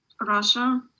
russia